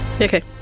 Okay